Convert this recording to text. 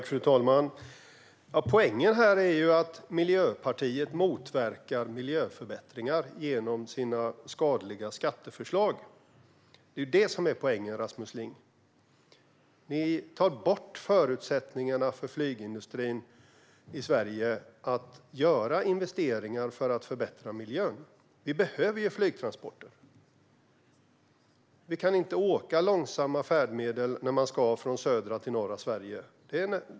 Fru talman! Poängen är att Miljöpartiet motverkar miljöförbättringar genom sina skadliga skatteförslag. Det är poängen, Rasmus Ling. Ni tar bort förutsättningarna för flygindustrin i Sverige att göra investeringar för att förbättra miljön. Vi behöver flygtransporter. Vi kan inte åka långsamma färdmedel när vi ska från södra till norra Sverige.